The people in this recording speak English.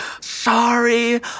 Sorry